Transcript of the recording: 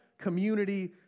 community